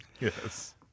Yes